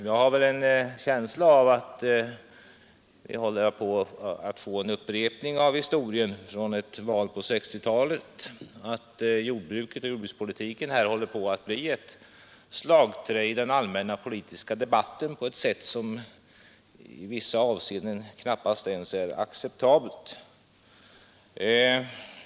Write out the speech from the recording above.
Jag har en känsla av att vi håller på att få en upprepning av historien från ett val på 1960-talet, att jordbruket och jordbrukspolitiken håller på att bli slagträn i den allmänna politiska debatten på ett sätt som i vissa avseenden knappast är acceptabelt.